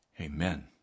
Amen